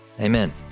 Amen